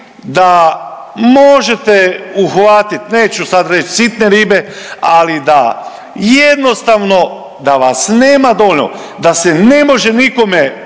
da možete uhvatiti, neću sad reć sitne ribe, ali da jednostavno da vas nema dovoljno. Da se ne može nikome